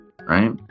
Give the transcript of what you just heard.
Right